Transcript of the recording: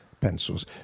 pencils